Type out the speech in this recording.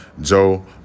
Joe